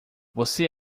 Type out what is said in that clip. você